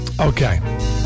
Okay